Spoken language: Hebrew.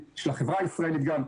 של החברה הישראלית גם,